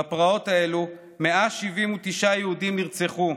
בפרעות הללו 179 יהודים נרצחו,